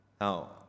Now